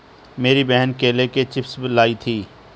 मेरी बहन केले के चिप्स लाई थी